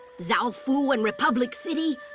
zaofu and republic city.